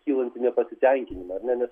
kylantį nepasitenkinimą ar ne nes